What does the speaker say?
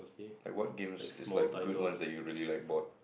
like what games is like good ones that you really like bought